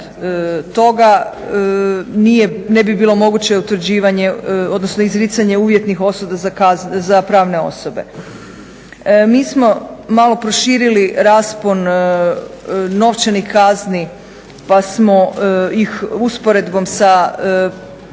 odnosno izricanje uvjetnih osuda za pravne osobe. Mi smo malo proširili raspon novčanih kazni pa smo ih usporedbom sa predviđenom